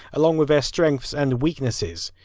along with their strengths and weaknesses.